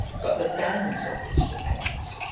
but the bands of this dependence,